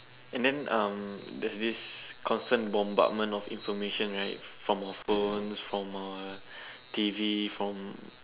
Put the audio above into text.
and then um there's this constant bombardment of information right from our phones from our T_V from